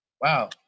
wow